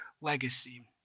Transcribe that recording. legacy